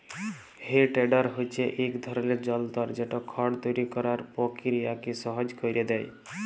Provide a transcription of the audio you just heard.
হে টেডার হছে ইক ধরলের যল্তর যেট খড় তৈরি ক্যরার পকিরিয়াকে সহজ ক্যইরে দেঁই